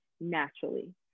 naturally